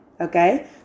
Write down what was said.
okay